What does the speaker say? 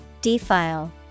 Defile